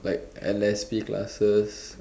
like L_S_P classes